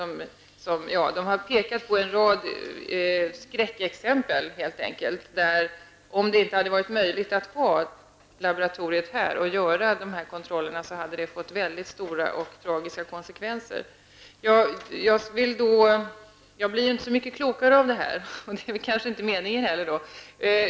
Man har pekat på en rad skräckexempel helt enkelt där konsekvenserna skulle ha blivit tragiska om det inte hade varit möjligt att ha laboratoriet här och göra kontroll. Jag blir inte så mycket klokare av svaret, och det kanske inte är meningen heller.